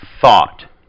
thought